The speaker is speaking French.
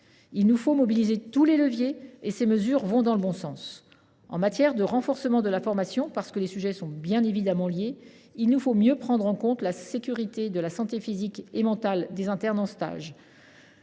Il nous faut mobiliser tous les leviers, et ces mesures vont dans le bon sens. En matière de renforcement de la formation – les sujets sont bien évidemment liés – il nous faut mieux prendre en compte la santé physique et mentale des internes en stage.